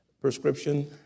prescription